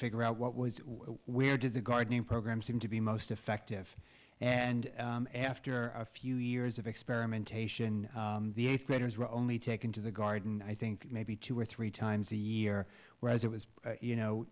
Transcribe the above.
figure out what was where did the gardening program seem to be most effective and after a few years of experimentation the eighth graders were only taken to the garden i think maybe two or three times a year whereas it was you know